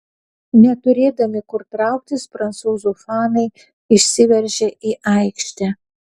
neturėdami kur trauktis prancūzų fanai išsiveržė į aikštę